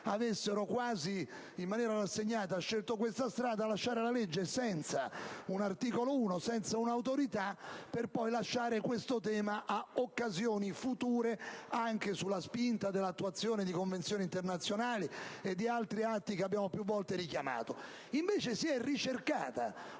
avessero, quasi in maniera rassegnata, scelto questa strada - senza l'articolo 1, senza una autorità, per poi affidare questo tema a occasioni future, anche sulla spinta dell'attuazione di convenzioni internazionali e di altri atti che abbiamo più volte richiamato. Invece, si è ricercata